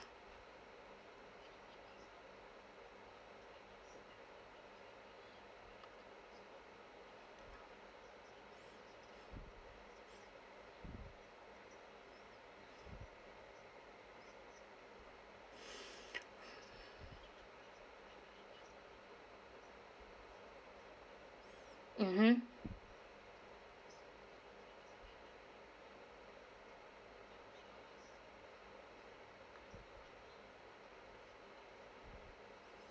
(mmhmm